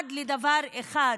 שנועד לדבר אחד: